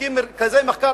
תקים מרכזי מחקר,